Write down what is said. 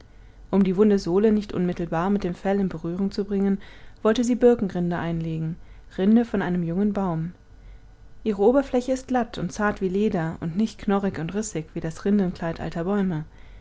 um die wunde sohle nicht unmittelbar mit dem fell in berührung zu bringen wollte sie birkenrinde einlegen rinde von einem jungen baum ihre oberfläche ist glatt und zart wie leder und nicht knorrig und rissig wie das rindenkleid alter bäume